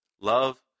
love